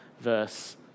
verse